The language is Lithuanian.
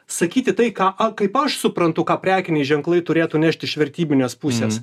sakyti tai ką a kaip aš suprantu ką prekiniai ženklai turėtų nešti iš vertybinės pusės